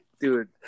Dude